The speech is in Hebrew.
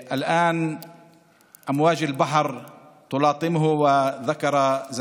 לילא היא לא מספר.